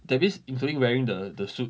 that means including wearing the the suit